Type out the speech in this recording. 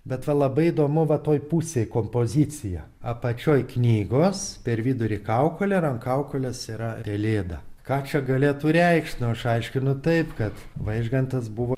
bet va labai įdomu va toj pusėj kompozicija apačioj knygos per vidurį kaukolė ir ant kaukolės yra relėda ką čia galėtų reikšt nu aš aiškinu taip kad vaižgantas buvo